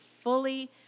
fully